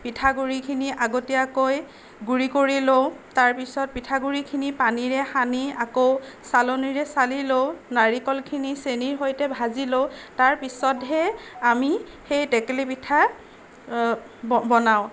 পিঠাগুড়িখিনি আগতীয়াকৈ গুড়ি কৰি লওঁ তাৰপিছত পিঠাগুড়িখিনি পানীৰে সানি আকৌ চালনীৰে চালি লওঁ নাৰিকলখিনি চেনীৰ সৈতে ভাজি লওঁ তাৰপিছতহে আমি সেই টেকেলিপিঠা বনাওঁ